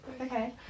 Okay